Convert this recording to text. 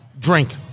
drink